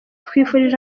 twifurije